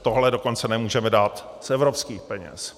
Tohle dokonce nemůžeme dát z evropských peněz.